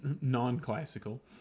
non-classical